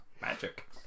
Magic